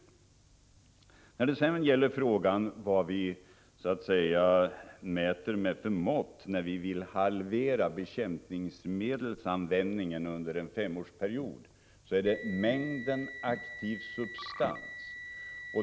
När det sedan gäller vad vi mäter med för mått när vi vill halvera bekämpningsmedelsanvändningen på fem år, vill jag säga att det gäller mängden aktiv substans.